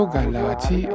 Galati